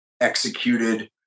executed